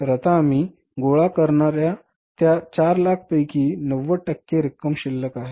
तर आता आम्ही गोळा करणार्या त्या 400000 पैकी 90 टक्के रक्कम शिल्लक आहेत